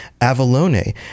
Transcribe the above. Avalone